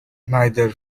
neither